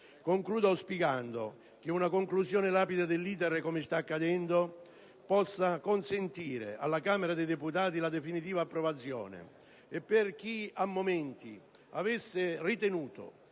Concludo auspicando che una conclusione rapida dell'*iter* di questo provvedimento, come sta accadendo, possa consentire alla Camera dei deputati la definitiva approvazione. E per chi a momenti avesse ritenuto